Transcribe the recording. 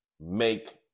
make